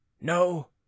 no